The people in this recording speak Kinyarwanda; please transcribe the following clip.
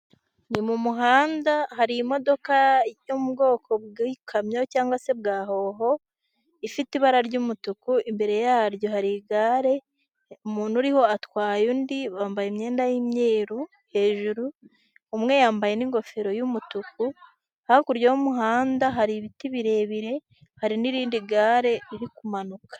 Ni mu muhanda hari imodoka yo mu bwoko bw'ikamyo cyangwa se bwa hoho, ifite ibara ry'umutuku, imbere yaryo hari igare, umuntu uriho atwaye undi, bambaye imyenda y'imyeru hejuru, umwe yambaye n'ingofero y'umutuku, hakurya y'umuhanda, hari ibiti birebire, hari n'irindi gare riri kumanuka.